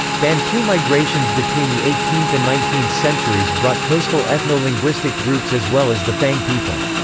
bantu migrations between the eighteenth and nineteenth centuries brought coastal ethno-linguistic groups as well as the fang people.